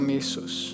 Jesus